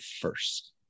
first